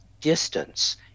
distance